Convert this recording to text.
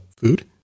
Food